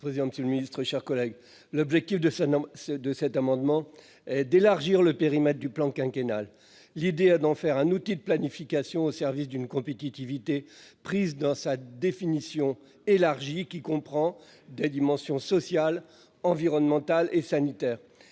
et le ministre, chers collègues. L'objectif de ce, de cet amendement d'élargir le périmètre du plan quinquennal. L'idée d'en faire un outil de planification au service d'une compétitivité prise dans sa définition élargie qui comprend des dimensions sociale, environnementale et sanitaire